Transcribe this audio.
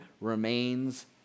remains